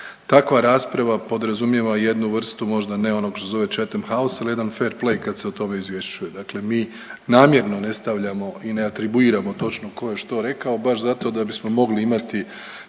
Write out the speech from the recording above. Takva rasprava podrazumijeva i jednu vrstu možda ne onoga što se zove chatham house, ali jedan fairplay kad se o tome izvješćuje. Dakle mi namjerno ne stavljamo i ne atribuiramo točno tko je što rekao baš zato da bismo mogli imati